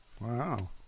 Wow